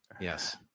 Yes